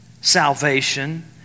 salvation